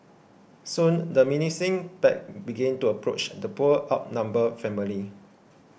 soon the menacing pack began to approach the poor outnumbered family